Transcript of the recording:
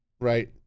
right